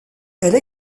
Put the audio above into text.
elle